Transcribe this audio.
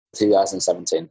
2017